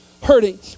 hurting